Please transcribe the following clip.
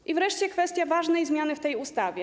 I wreszcie kwestia ważnej zmiany w tej ustawie.